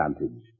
advantage